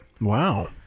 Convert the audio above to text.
wow